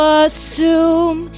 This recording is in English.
assume